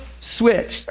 switch